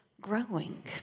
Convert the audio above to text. growing